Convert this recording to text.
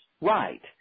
right